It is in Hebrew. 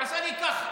הוא עשה לי ככה.